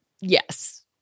yes